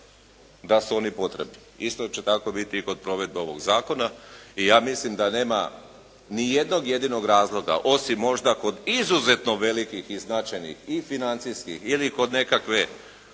da su oni potrebni. Isto će tako biti i kod provedbe ovog zakona. I ja mislim da nema nijednog jedinog razloga osim možda kod izuzetno velikih i značajnih i financijskih ili pod nekakve